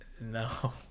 no